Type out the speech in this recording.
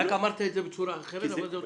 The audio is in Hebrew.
אמרת את זה בצורה אחרת אבל זה אותו הדבר.